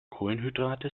kohlenhydrate